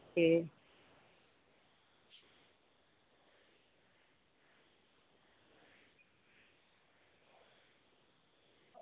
okay